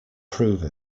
prove